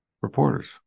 Reporters